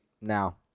now